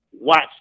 watch